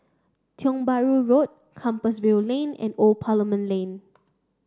Tiong Bahru Road Compassvale Lane and Old Parliament Lane